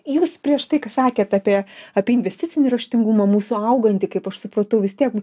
jūs prieš tai sakėt apie apie investicinį raštingumą mūsų augantį kaip aš supratau vis tiek